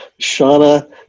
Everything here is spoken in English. Shauna